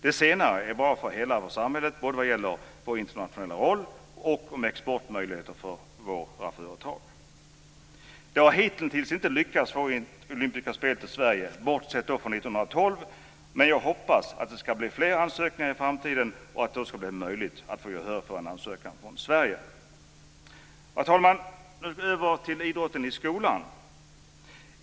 Det senare är bra för hela samhället både vad gäller vår internationella roll och vad gäller exportmöjligheter för våra företag. Det har hitintills, bortsett från 1912, inte lyckats att få olympiska spel till Sverige, men jag hoppas att det ska bli fler ansökningar i framtiden och att det då ska bli möjligt att få gehör för en ansökan från Sverige. Fru talman! Nu över till idrotten i skolan.